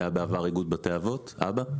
זה היה בעבר איגוד בתי אבות אב"א.